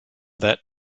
that